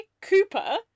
Cooper